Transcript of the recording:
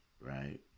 right